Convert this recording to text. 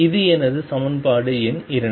இது எனது சமன்பாடு எண் 2